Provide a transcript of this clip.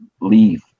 leave